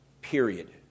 period